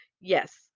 yes